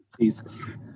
Jesus